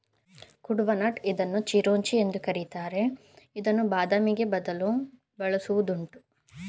ಕುಡ್ಪನಟ್ ಇದನ್ನು ಚಿರೋಂಜಿ ಎಂದು ಕರಿತಾರೆ ಇದನ್ನು ಬಾದಾಮಿಗೆ ಬದಲು ಬಳಸುವುದುಂಟು